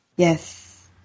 Yes